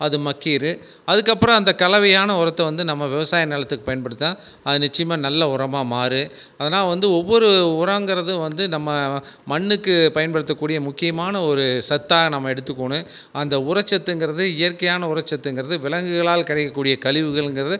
அது மக்கிடும் அதுக்கு அப்புறம் அந்த கலவையான உரத்தை வந்து நம்ம விவசாய நிலத்துக்கு பயன்படுத்தா அது நிச்சயமாக நல்ல உரமாக மாறும் ஆனால் வந்து ஒவ்வொரு உரம்ங்குறது வந்து நம்ம மண்ணுக்கு பயன்படுத்தக்கூடிய முக்கியமான ஒரு சத்தாக நம்ம எடுத்துக்கணும் அந்த உரச்சத்துங்கிறது இயற்கையான உரச்சத்துங்கிறது விலங்குகளால் கிடைக்கக் கூடிய கழிவுகள் இங்கிறது